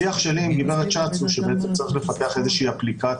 השיח שלי עם גברת שץ שצריך לפתח אפליקציה